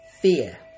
fear